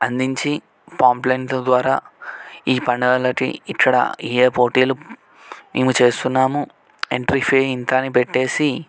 అందించి పంఫ్లెట్ ద్వారా ఈ పండగలకి ఇక్కడ ఏ ఏ పోటీలు మేము చేస్తున్నాము ఎంట్రీ ఫీ ఇంత అని పెట్టేసి